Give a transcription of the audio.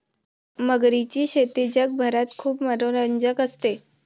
मगरीची शेती जगभरात खूप मनोरंजक असते